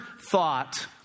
thought